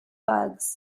bugs